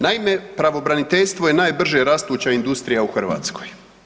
Naime, pravobraniteljstvo je najbrže rastuća industrija u Hrvatskoj.